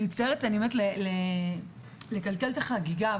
אני מצטערת לקלקל את החגיגה,